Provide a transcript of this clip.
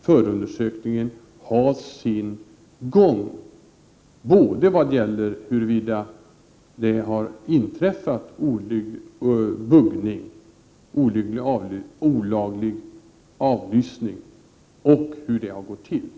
Förundersökningen måste sedan ha sin gång, både i vad gäller huruvida det har inträffat buggning, olaglig avlyssning, och hur det har gått till.